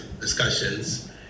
discussions